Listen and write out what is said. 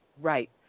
Right